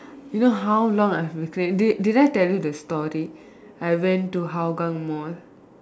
you know how long I have been craving did did I tell you the story I went to Hougang Mall